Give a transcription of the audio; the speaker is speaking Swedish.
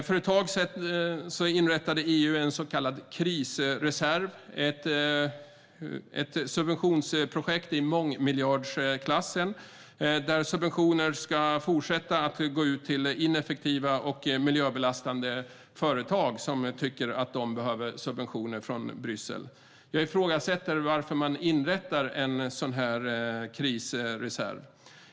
För ett tag sedan inrättade EU en så kallad krisreserv - ett subventionsprojekt i mångmiljardklassen där subventioner ska fortsätta att gå ut till ineffektiva och miljöbelastande företag som tycker att de behöver subventioner från Bryssel. Jag ifrågasätter att man inrättar en sådan här krisreserv.